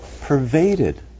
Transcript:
Pervaded